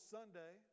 Sunday